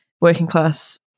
working-class